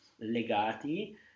legati